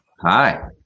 hi